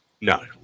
No